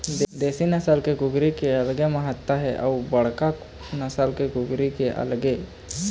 देशी नसल के कुकरी के अलगे महत्ता हे अउ बड़का नसल के कुकरी के अलगे